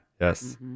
Yes